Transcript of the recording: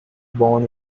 born